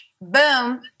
boom